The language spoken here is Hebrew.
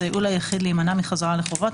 שיסייעו ליחיד להימנע מחזרה לחובות,